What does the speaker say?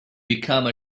become